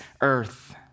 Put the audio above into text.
earth